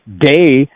day